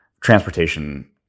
Transportation